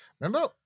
Remember